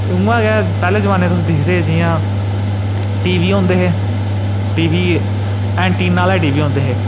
उ'आं गै पैह्ले जमाने च तुस दिखदे जि'यां टी वी होंदे हे टी वी एंटिना आह्ले टी वी होंदे हे